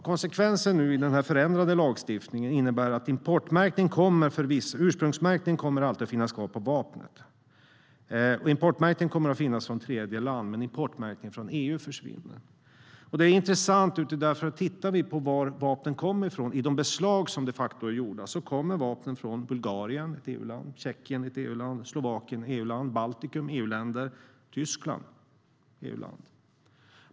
Konsekvensen av den förändrade lagstiftningen är att ursprungsmärkning kommer att finnas kvar på vapnet. Importmärkning kommer att finnas från tredjeland, men importmärkning från EU försvinner. Det är intressant, för tittar vi på varifrån vapen kommer i de beslag som de facto har gjorts ser vi att de kommer från Bulgarien, Tjeckien, Slovakien, Baltikum och Tyskland - alla EU-länder.